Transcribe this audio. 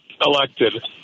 elected